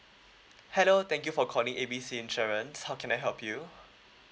hello thank you for calling A B C insurance how can I help you